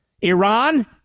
Iran